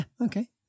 okay